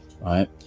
right